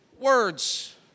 words